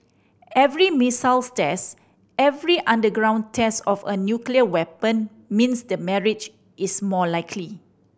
every missiles test every underground test of a nuclear weapon means the marriage is more likely